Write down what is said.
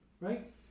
Right